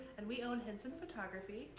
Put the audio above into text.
and we own hinson photography.